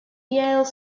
yale